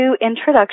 introduction